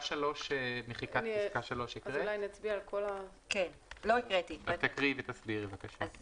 כדאי קודם להקריא ולהסביר את פסקה (3).